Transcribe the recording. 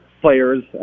players